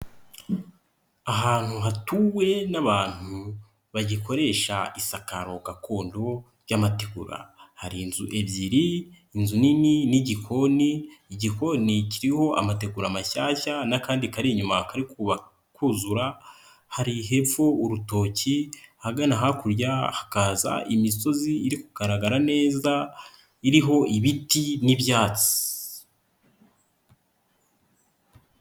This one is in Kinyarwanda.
Ahantu hatuwe n'abantu bagikoresha isakaro gakondobo ry'amategura, hari inzu ebyiri inzu nini n'igikoni, igikoni kiriho amategura mashyashya n'akandi kari inyuma kari kuzura, hari hepfo urutoki ahagana hakurya hakaza imisozi iri kugaragara neza iriho ibiti n'ibyatsi.